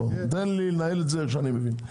תן לי לנהל את זה איך שאני מבין.